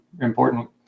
important